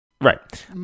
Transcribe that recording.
Right